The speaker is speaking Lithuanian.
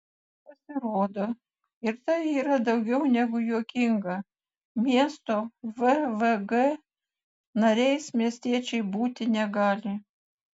pasirodo ir tai yra daugiau negu juokinga miesto vvg nariais miestiečiai būti negali